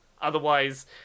Otherwise